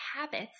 habits